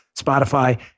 Spotify